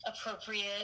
appropriate